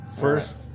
First